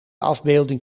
afbeelding